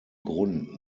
grund